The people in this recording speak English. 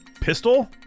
Pistol